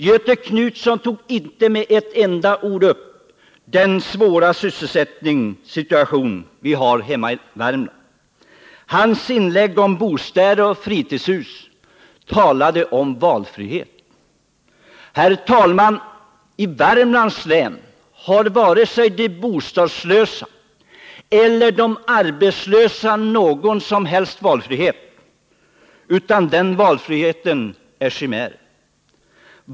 Göthe Knutson tog inte med ett enda ord upp den svåra sysselsättningssituation vi har hemma i Värmland. Hans inlägg om bostäder och fritidshus handlade om valfrihet. Men, herr talman, i Värmlands län har varken de bostadslösa eller de arbetslösa någon som helst valfrihet, utan valfriheten är en chimär.